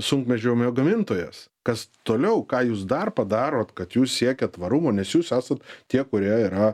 sunkvežimio gamintojas kas toliau ką jūs dar padarot kad jūs siekiat tvarumo nes jūs esat tie kurie yra